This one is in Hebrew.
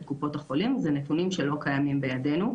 קופות החולים אלה נתונים שלא קיימים בידינו,